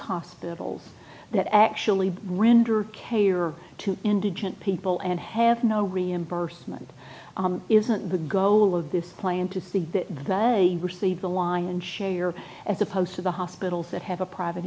hospitals that actually render care to indigent people and have no reimbursement isn't the goal of this plan to think that they receive the lion's share your as opposed to the hospitals that have a private